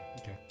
Okay